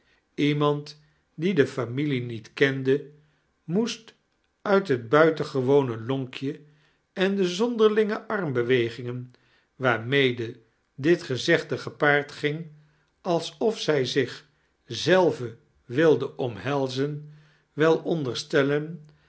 lemamd die de familae niet kende moeet nit het buitengewone lonfcje en de zomderiiinge armbewegingem waarmede dit gezegde gepaard ging alsof zij zich zelve wilde omhelzen wel oadteinstellen